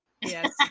Yes